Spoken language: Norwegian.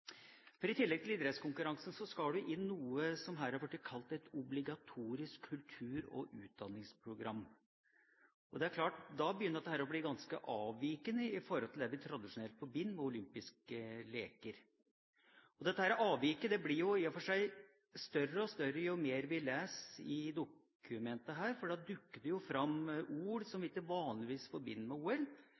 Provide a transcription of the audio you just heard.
For i tillegg til idrettskonkurransen skal det inn noe som her har blitt kalt et obligatorisk kultur- og utdanningsprogram, og det er klart at da begynner dette å bli ganske avvikende i forhold til det vi tradisjonelt forbinder med olympiske leker. Dette avviket blir i og for seg større og større jo mer vi leser i dokumentene. Her dukker det jo fram ord som vi ikke vanligvis forbinder med OL: